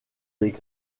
des